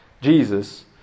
Jesus